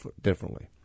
differently